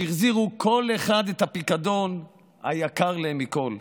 שהחזירו כל אחד את הפיקדון היקר לו מכול.